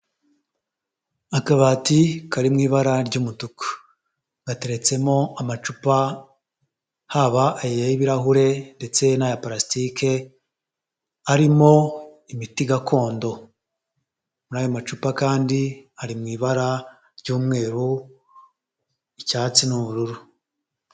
Akabati kari mu ibara ry'umutuku, gateretsemo amacupa, haba ay'ibirahure ndetse n'aya palasitiki arimo imiti gakondo, muri ayo macupa kandi ari mu ibara ry'umweru, icyatsi n'ubururu.